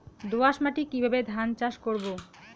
দোয়াস মাটি কিভাবে ধান চাষ করব?